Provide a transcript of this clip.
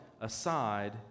aside